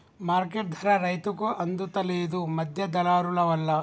market ధర రైతుకు అందుత లేదు, మధ్య దళారులవల్ల